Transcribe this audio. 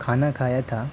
کھانا کھایا تھا